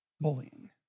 bullying